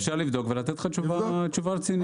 אפשר לבדוק ולתת לך תשובה רצינית.